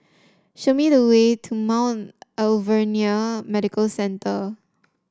show me the way to Mount Alvernia Medical Centre